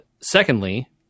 Secondly